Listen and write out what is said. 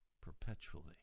perpetually